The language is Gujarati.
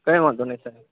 કઇ વાંધો નહીં સર